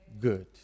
good